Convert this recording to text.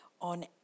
on